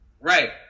Right